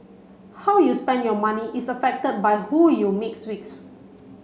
how you spend your money is affected by who you mix with